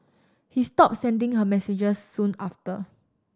he stopped sending her messages soon after